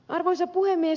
arvoisa puhemies